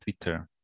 Twitter